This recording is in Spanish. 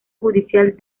judicial